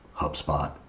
HubSpot